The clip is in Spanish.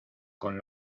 con